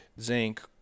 zinc